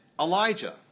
Elijah